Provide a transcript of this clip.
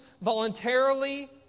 voluntarily